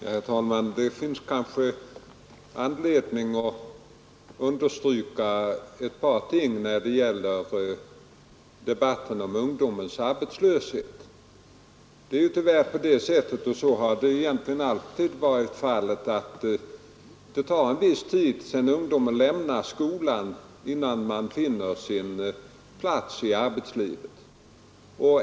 Herr talman! Det finns kanske anledning att understryka ett par ting när det gäller debatten om ungdomens arbetslöshet. Tyvärr tar det en viss tid innan de ungdomar som lämnat skolan finner sin plats i arbetslivet. Så har egentligen alltid varit fallet.